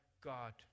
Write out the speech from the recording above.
God